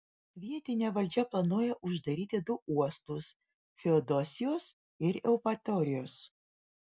vietinė valdžia planuoja uždaryti du uostus feodosijos ir eupatorijos